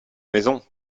maison